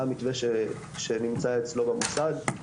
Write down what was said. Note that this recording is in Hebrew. מה המתווה שנמצא אצלו במוסד.